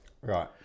Right